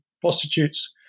prostitutes